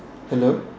hello